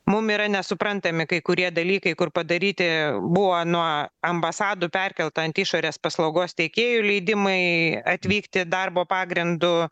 mum yra nesuprantami kai kurie dalykai kur padaryti buvo nuo ambasadų perkelta ant išorės paslaugos teikėjų leidimai atvykti darbo pagrindu